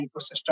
ecosystem